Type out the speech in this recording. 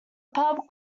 pub